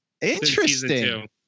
Interesting